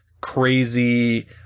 crazy